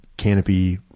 canopy